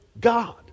God